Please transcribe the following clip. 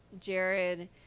Jared